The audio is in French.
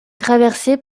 traversée